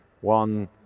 one